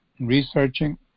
researching